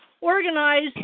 organize